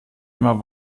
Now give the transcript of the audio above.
immer